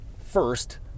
first